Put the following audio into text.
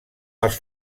els